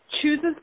chooses